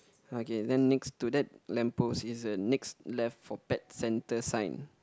okay then next to that lamp post is the next left for pet centre sign